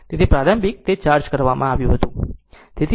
તેથી પ્રારંભિક તે ચાર્જ કરવામાં આવ્યું હતું